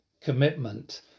commitment